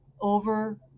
over